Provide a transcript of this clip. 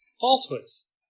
falsehoods